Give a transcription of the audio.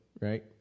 right